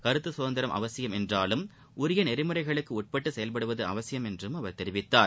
கருத்து சுதந்திரம் அவசியம் என்றாலும் உரிய நெறிமுறைகளுக்கு உட்பட்டு செயல்படுவது அவசியம் என்றும் அவர் தெரிவித்தார்